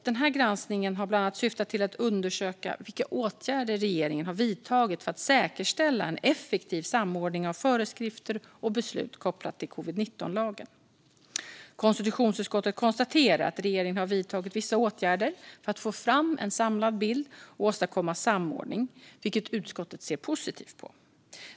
Denna granskning har bland annat syftat till att undersöka vilka åtgärder regeringen har vidtagit för att säkerställa en effektiv samordning av föreskrifter och beslut kopplade till covid-19-lagen. Konstitutionsutskottet konstaterar att regeringen har vidtagit vissa åtgärder för att få fram en samlad bild och åstadkomma samordning, vilket utskottet ser positivt på.